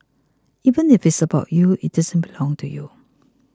even if it is about you it doesn't belong to you